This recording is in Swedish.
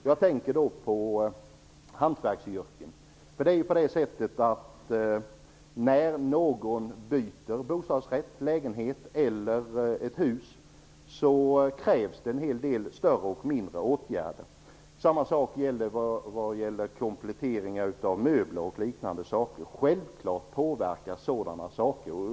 Jag tänker då på hantverksyrket. När någon byter bostadsrätt, lägenhet eller ett hus krävs det en hel del större och mindre åtgärder. Samma sak gäller för komplettering av möbler och liknande. Självfallet påverkar sådana saker.